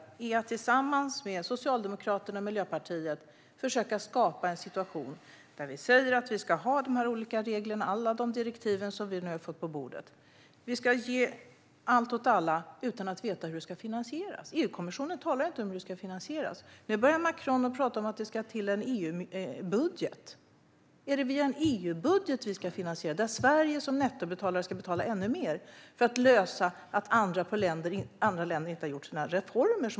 Det ni vill göra tillsammans med Socialdemokraterna och Miljöpartiet är att försöka skapa en situation där vi ska ha de här olika reglerna och alla direktiv som vi nu har fått på bordet. Vi ska ge allt åt alla utan att veta hur det ska finansieras. EU-kommissionen talar ju inte om hur det ska finansieras. Nu börjar Macron att tala om att det ska till en EU-budget. Är det via en EU-budget det ska finansieras? Ska Sverige som nettobetalare betala ännu mer för att andra länder inte har gjort nödvändiga reformer?